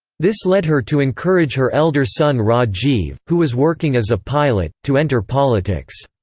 this led her to encourage her elder son rajiv, who was working as a pilot, to enter politics.